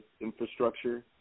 infrastructure